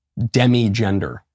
demigender